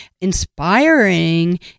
inspiring